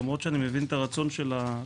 למרות שאני מבין את הרצון של הקואליציה